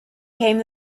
came